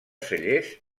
cellers